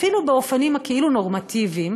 אפילו באופנים הכאילו-נורמטיביים,